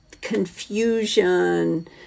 confusion